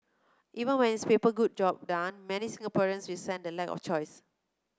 even when its paper good job done many Singaporeans resent the lack of choice